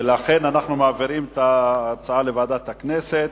ולכן אנחנו מעבירים את ההצעה לוועדת הכנסת,